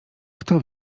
kto